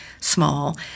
small